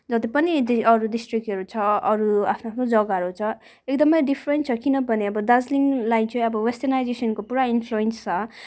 जति पनि अरू डिस्ट्रिक्टहरू छ अरू आफ्नो आफ्नो जग्गाहरू छ एकदमै डिफरेन्ट छ किनभने अब दार्जिलिङलाई चाहिँ अब वेस्टर्नाइजेसनको पुरा इन्फ्लुएन्स छ